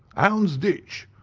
houndsditch.